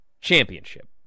championship